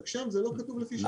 רק שם זה לא כתוב לפי שעות.